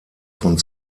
von